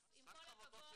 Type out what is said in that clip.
עם כל הכבוד,